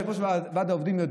כיושב-ראש ועד עובדים,